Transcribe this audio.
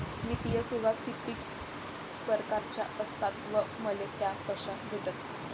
वित्तीय सेवा कितीक परकारच्या असतात व मले त्या कशा भेटन?